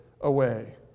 away